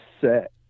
set